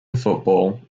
football